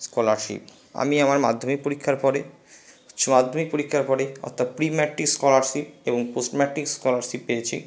scholarship আমি আমার মাধ্যমিক পরীক্ষার পরে উচ্চমাধ্যমিক পরীক্ষার পরে অর্থাৎ প্রি ম্যাট্রিক স্কলারশিপ এবং পোস্ট ম্যাট্রিক স্কলারশিপ পেয়েছি